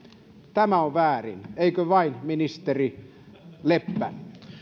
tämä on väärin eikö vain ministeri leppä